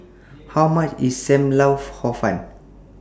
How much IS SAM Lau Hor Fun